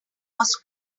was